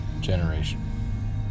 generation